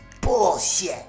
bullshit